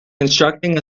constructing